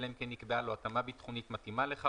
אלא אם כן נקבע לו התאמה ביטחונית מתאימה לכך